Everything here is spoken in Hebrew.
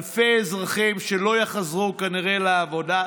אלפי אזרחים שלא יחזרו כנראה לעבודה,